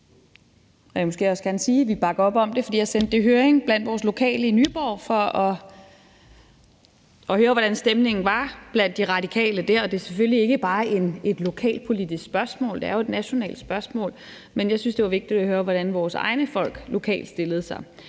har sendt det i høring blandt vores lokale i Nyborg for at høre, hvordan stemningen var blandt de radikale der. Det er selvfølgelig ikke bare et lokalpolitisk spørgsmål, det er jo et nationalt spørgsmål, men jeg synes, det var vigtigt at høre, hvordan vores egne folk lokalt stillede sig,